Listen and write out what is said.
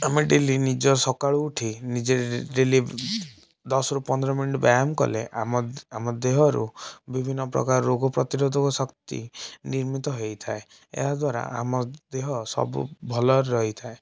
ଆମେ ଡେଲି ନିଜ ସକାଳୁ ଉଠି ନିଜେ ଡେଲି ଦଶରୁ ପନ୍ଦର ମିନିଟ୍ ବ୍ୟାୟାମ କଲେ ଆମ ଆମ ଦେହରୁ ବିଭିନ୍ନ ପ୍ରକାର ରୋଗପ୍ରତିରୋଧକଶକ୍ତି ନିର୍ମିତ ହେଇଥାଏ ଏହାଦ୍ଵାରା ଆମ ଦେହ ସବୁ ଭଲରେ ରହିଥାଏ